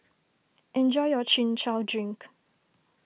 enjoy your Chin Chow Drink